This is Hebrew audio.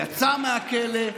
יצא מהכלא,